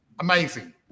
Amazing